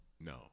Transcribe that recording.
No